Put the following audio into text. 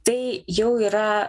tai jau yra